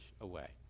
away